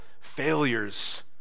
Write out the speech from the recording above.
failures